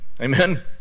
Amen